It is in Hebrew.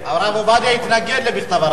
הרב עובדיה התנגד למכתב הרבנים.